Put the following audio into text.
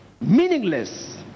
meaningless